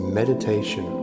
meditation